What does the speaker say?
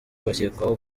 bakekwaho